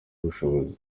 ubushishozi